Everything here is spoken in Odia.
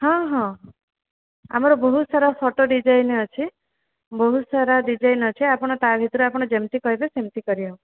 ହଁ ହଁ ଆମର ବହୁତ ସାରା ଫଟୋ ଡିଜାଇନ ଅଛି ବହୁତ ସାରା ଡିଜାଇନ ଅଛି ଆପଣ ତାଭିତରେ ଆପଣ ଯେମିତି କହିବେ ସେମିତି କରିହେବ